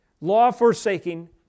law-forsaking